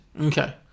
Okay